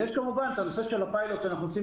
ויש כמובן את הנושא של הפיילוט שאנחנו עושים